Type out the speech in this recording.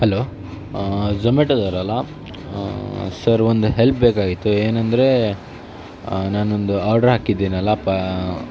hello ಝೊಮೆಟೊದವರಲ sir ಒಂದು help ಬೇಕಾಗಿತ್ತು ಏನಂದರೆ ನಾನೊಂದು ಆರ್ಡ್ರ್ ಹಾಕಿದ್ದೀನಲ್ಲ ಪ